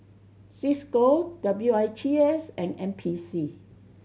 Cisco W I T S and N P C